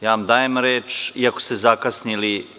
Ja vam dajem reč iako ste zakasnili.